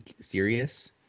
serious